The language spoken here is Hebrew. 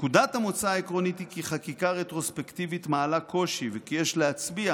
"נקודת המוצא העקרונית היא כי חקיקה רטרוספקטיבית מעלה קושי וכי יש להצביע